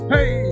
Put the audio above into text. Hey